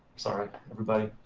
sorry, everybody.